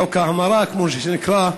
חוק ההמרה, כפי שזה נקרא,